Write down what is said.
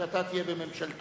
שאתה תהיה בממשלתו.